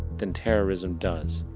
than terrorism does.